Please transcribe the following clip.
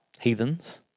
heathens